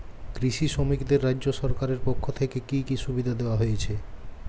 কৃষি শ্রমিকদের রাজ্য সরকারের পক্ষ থেকে কি কি সুবিধা দেওয়া হয়েছে?